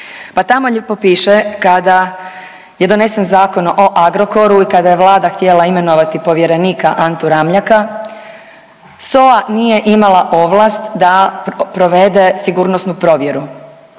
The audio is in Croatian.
Pa tamo lijepo piše kada je donesen zakon o Agrokoru i kada je Vlada htjela imenovati povjerenika Antu Ramljaka SOA nije imala ovlast da provede sigurnosnu provjeru.